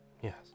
Yes